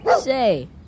Say